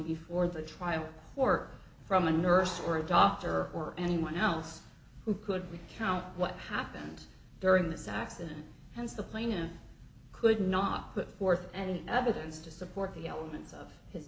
before the trial or from a nurse or a doctor or anyone else who could we count what happened during this accident as the plane and could not put forth any evidence to support the elements of his